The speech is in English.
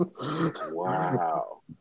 Wow